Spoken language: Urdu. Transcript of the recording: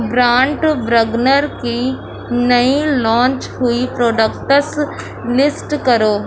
برانڈ برگنر کی نئی لانچ ہوئی پروڈکٹس لسٹ کرو